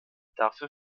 dafür